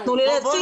תנו לי להציג,